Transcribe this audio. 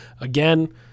Again